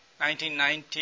1990